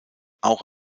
auch